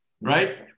right